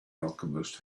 alchemist